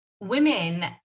women